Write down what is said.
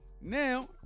Now